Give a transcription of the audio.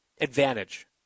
advantage